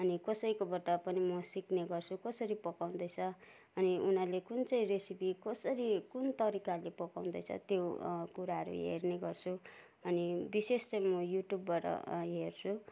अनि कसैकोबाट पनि म सिक्ने गर्छु कसरी पकाउँदैछ अनि उनीहरूले कुन चाहिँ रेसिपी कसरी कुन तरिकाले पकाउँदैछ त्यो कुराहरू हेर्ने गर्छु अनि विशेष चाहिँ म युट्युबबाट हेर्छु